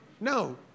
No